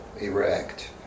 erect